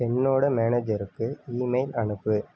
என்னோட மேனேஜருக்கு இமெயில் அனுப்பு